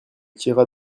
tira